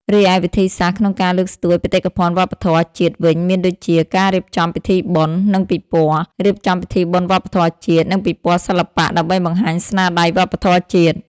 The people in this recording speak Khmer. រីឯវិធីសាស្ត្រក្នុងការលើកស្ទួយបេតិកភណ្ឌវប្បធម៌ជាតិវិញមានដូចជា ការរៀបចំពិធីបុណ្យ និងពិព័រណ៍ រៀបចំពិធីបុណ្យវប្បធម៌ជាតិ និងពិព័រណ៍សិល្បៈ ដើម្បីបង្ហាញស្នាដៃវប្បធម៌ជាតិ។